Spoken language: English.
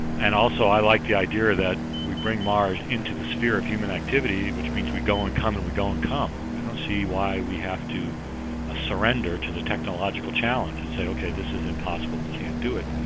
and also i like the idea that we bring mars into the sphere of human activity, which means we go and come and we go and come. i don't see why we have to ah surrender to the technological challenge and say okay this is impossible, we can't do it.